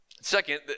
Second